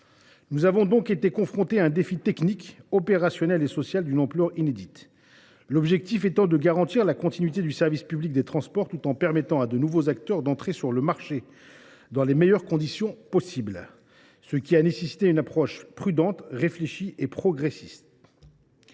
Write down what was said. Nous avons donc été confrontés à un défi technique, opérationnel et social d’une ampleur inédite. Il s’agissait de garantir la continuité du service public des transports, tout en permettant à de nouveaux acteurs d’entrer sur le marché dans les meilleures conditions possible. Cela a nécessité une approche prudente, réfléchie et progressive.